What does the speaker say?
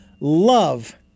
love